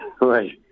Right